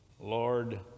Lord